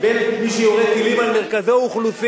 אתה משווה בין מי שיורה טילים על מרכזי אוכלוסין,